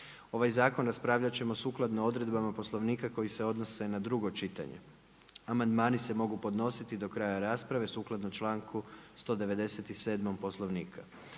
Ovaj Zakon raspravljati ćemo sukladno odredbama Poslovnika koji se odnose na drugo čitanje. Amandmani se mogu podnositi do kraja rasprave sukladno članku 197. Poslovnika.